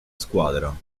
squadra